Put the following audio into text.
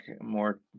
more